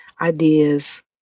ideas